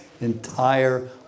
entire